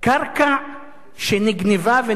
שנגנבה ונשדדה מבעליה.